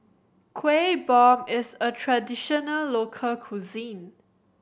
Kueh Bom is a traditional local cuisine